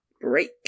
break